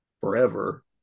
forever